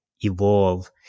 evolve